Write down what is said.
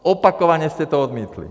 Opakovaně jste to odmítli!